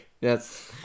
Yes